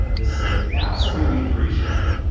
this is a absolutely free show.